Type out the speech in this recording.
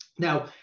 Now